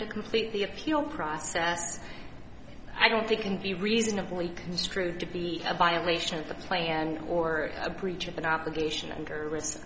to complete the appeal process i don't think can be reasonably construed to be a violation of the plan or a breach of an obligation under